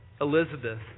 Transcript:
Elizabeth